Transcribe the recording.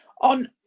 on